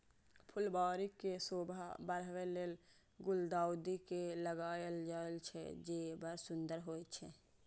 फुलबाड़ी के शोभा बढ़ाबै लेल गुलदाउदी के लगायल जाइ छै, जे बड़ सुंदर होइ छै